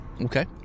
Okay